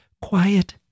quiet